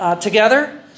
Together